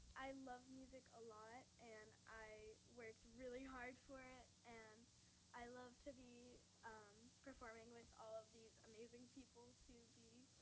i love music a lot, and i worked really hard for it, and i love to be performing with all of these amazing people to be